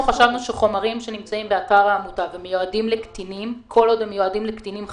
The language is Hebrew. אנחנו חשבנו שחומרים שנמצאים באתר העמותה ומיועדים לקטינים חברי